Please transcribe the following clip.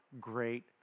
great